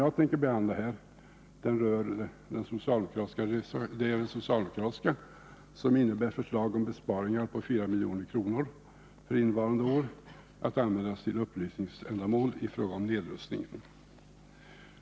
Jag tänker här behandla den reservation av socialdemokraterna som föreslår besparingar på 4 milj.kr. för innevarande år, att användas till upplysningsändamål i fråga om nedrustningen.